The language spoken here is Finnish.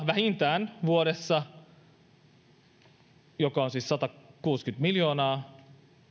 vähintään maksaa vuodessa ja se on siis satakuusikymmentä miljoonaa